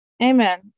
Amen